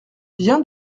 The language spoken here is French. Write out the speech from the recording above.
bien